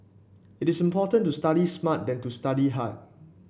it is important to study smart than to study hard